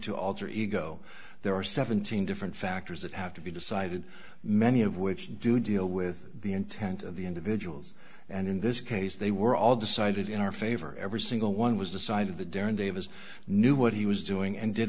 to alter ego there are seventeen different factors that have to be decided many of which do deal with the intent of the individuals and in this case they were all decided in our favor every single one was the side of the durned davis knew what he was doing and did